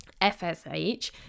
FSH